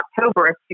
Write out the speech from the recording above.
October